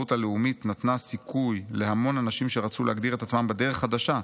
העצמאות הלאומית נתנה סיכוי להמון אנשים שרצו להגדיר את עצמם בדרך חדשה,